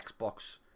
Xbox